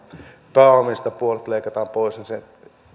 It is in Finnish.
pääomista puolet leikattaisiin pois käytännössä tarkoittaisi sitä että se